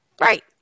Right